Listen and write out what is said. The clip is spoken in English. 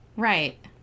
Right